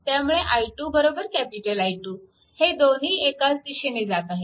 त्यामुळे i2 I2 हे दोन्ही एकाच दिशेने जात आहेत